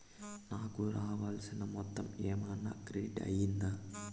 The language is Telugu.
నాకు రావాల్సిన మొత్తము ఏమన్నా క్రెడిట్ అయ్యిందా